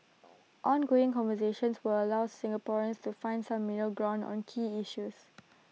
ongoing conversations will allow Singaporeans to find some middle ground on key issues